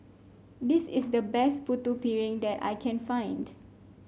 this is the best Putu Piring that I can find